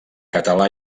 català